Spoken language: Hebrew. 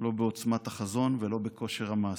לא בעוצמת החזון, ולא בכושר המעשה.